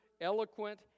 eloquent